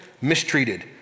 mistreated